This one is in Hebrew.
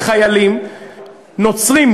וחיילים נוצרים,